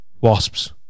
Wasps